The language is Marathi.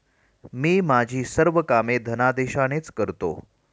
मी माझी सर्व कामे धनादेशानेच करतो